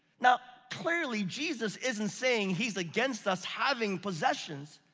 now, clearly jesus isn't saying he's against us having possessions.